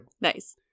Nice